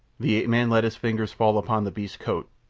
the ape-man let his fingers fall upon the beast's coat,